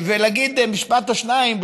ולהגיד משפט או שניים,